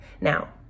now